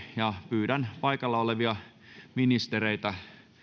pyydän paikalla olevia ministereitä